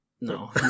No